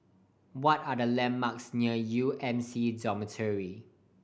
what are the landmarks near U M C Dormitory